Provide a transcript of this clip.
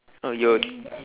no you